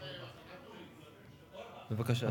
בבקשה.